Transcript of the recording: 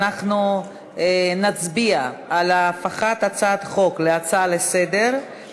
אנחנו נצביע על הפיכת הצעת החוק להצעה לסדר-היום